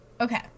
Okay